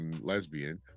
lesbian